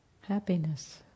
Happiness